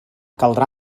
caldrà